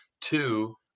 Two